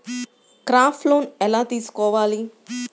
Crop loan ఎలా తీసుకోవాలి?